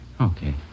Okay